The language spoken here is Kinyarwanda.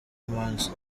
imanzi